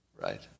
Right